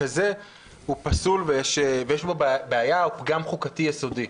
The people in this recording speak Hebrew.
ככזה הוא פסול ויש בו בעיה או פגם חוקתי יסודי.